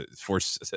force